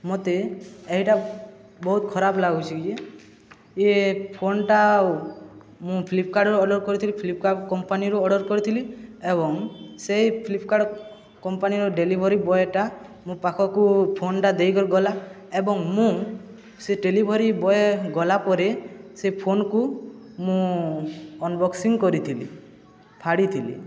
ମୋତେ ଏଇଟା ବହୁତ ଖରାପ ଲାଗୁଛି ଯେ ଇଏ ଫୋନ୍ଟା ଆଉ ମୁଁ ଫ୍ଲିପକାର୍ଟରୁ ଅର୍ଡ଼ର କରିଥିଲି ଫ୍ଲିପକାର୍ଟ କମ୍ପାନୀରୁ ଅର୍ଡ଼ର କରିଥିଲି ଏବଂ ସେଇ ଫ୍ଲିପକାର୍ଟ କମ୍ପାନୀର ଡେଲିଭରି ବୟଟା ମୋ ପାଖକୁ ଫୋନ୍ଟା ଦେଇକରି ଗଲା ଏବଂ ମୁଁ ସେ ଡେଲିଭରି ବୟ ଗଲା ପରେ ସେ ଫୋନ୍କୁ ମୁଁ ଅନବକ୍ସିଂ କରିଥିଲି ଫାଡ଼ିଥିଲି